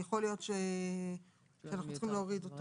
אני יכול להעיד שאתמול לא משנה כמה שעות נשארו